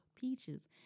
peaches